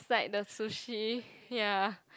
like the sushi ya